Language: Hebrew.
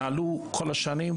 נהגו כל השנים,